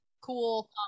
cool